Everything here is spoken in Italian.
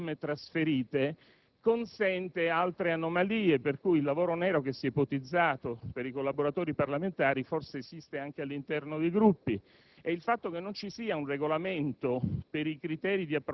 non porta nulla dei bilanci dei Gruppi se non le somme trasferite, consente altre anomalie, per cui il lavoro nero che si è ipotizzato per i collaboratori parlamentari forse esiste anche all'interno dei Gruppi.